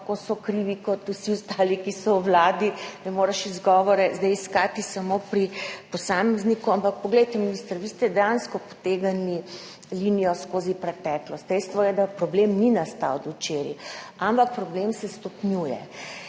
tako sokrivi kot vsi ostali, ki so v Vladi, ne moreš iskati izgovorov samo pri posamezniku. Ampak poglejte, minister, vi ste dejansko potegnili linijo skozi preteklost. Dejstvo je, da problem ni nastal včeraj, ampak se stopnjuje.